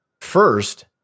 first